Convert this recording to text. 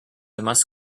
must